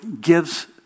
Gives